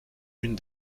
une